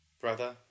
Brother